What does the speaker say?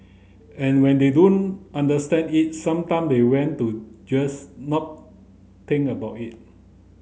and when they don't understand it sometime they want to just not think about it